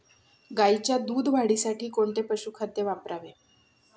गाईच्या दूध वाढीसाठी कोणते पशुखाद्य वापरावे?